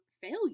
failure